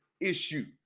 issue